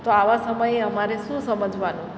તો આવા સમયે અમારે શું સમજવાનું